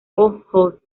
ojotsk